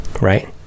right